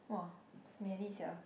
!wah! smelly sia